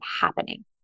happening